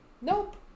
Nope